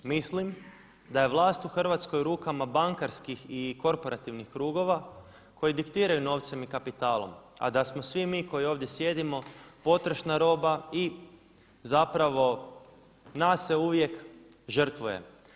Mislim da je vlast u Hrvatskoj u rukama bankarskih i korporativnih krugova koji diktiraju novcem i kapitalom, a da smo svi mi koji ovdje sjedimo potrošna roba i zapravo nas se uvijek žrtvuje.